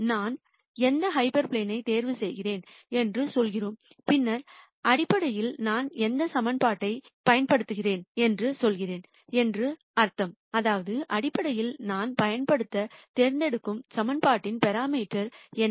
நான் எந்த ஹைப்பர் பிளேனை தேர்வு செய்கிறேன் என்று சொல்கிறோம் பின்னர் அடிப்படையில் நான் எந்த சமன்பாட்டைப் பயன்படுத்துகிறேன் என்று சொல்கிறேன் என்று அர்த்தம் அதாவது அடிப்படையில் நான் பயன்படுத்தத் தேர்ந்தெடுக்கும் சமன்பாட்டின் பராமீட்டர் என்ன